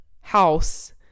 house